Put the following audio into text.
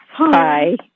Hi